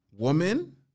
Woman